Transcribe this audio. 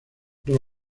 era